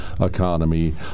economy